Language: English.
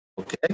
Okay